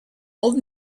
old